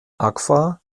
agfa